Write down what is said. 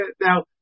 Now